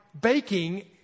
baking